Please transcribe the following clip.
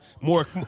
more